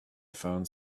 phone